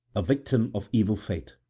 a victim of evil fate.